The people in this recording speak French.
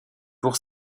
pour